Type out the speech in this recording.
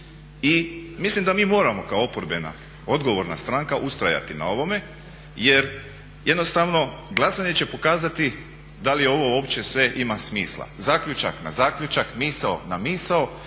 I mislim da mi moramo kao oporbena, odgovorna stranka ustrajati na ovome jer jednostavno glasanje će pokazati da li ovo uopće sve ima smisla. Zaključak na zaključak, misao na misao